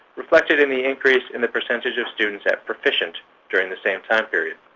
reflected in the increase in the percentage of students at proficient during the same time period.